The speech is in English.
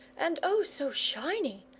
and oh, so shiny!